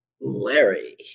Larry